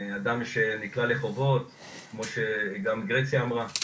אדם שנקלע לחובות, כמו שגם גרציה אמרה,